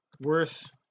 worth